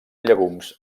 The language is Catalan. llegums